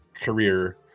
career